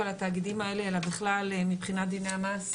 לתאגידים האלה אלא בכלל מבחינת דיני המס,